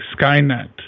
Skynet